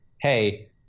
hey